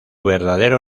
verdadero